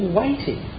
waiting